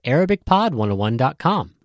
ArabicPod101.com